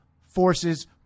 forces